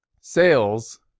sales